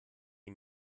die